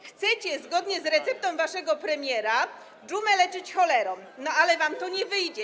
Chcecie, zgodnie z receptą waszego premiera, dżumę leczyć cholerą, ale wam to nie wyjdzie.